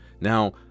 Now